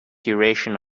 duration